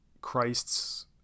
christ's